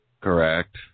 Correct